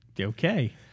Okay